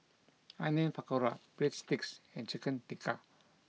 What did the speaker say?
Onion Pakora Breadsticks and Chicken Tikka